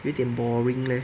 有点 boring leh